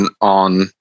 on